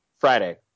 Friday